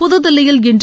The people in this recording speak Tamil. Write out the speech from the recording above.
புதுதில்லியில் இன்று